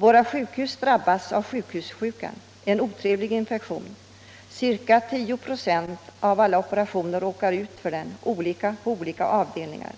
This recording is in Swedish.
Våra sjukhus drabbas av sjukhussjukan — en otrevlig infektion. Ca 10 26 av alla opererade råkar ut för den — siffran är olika på olika avdelningar.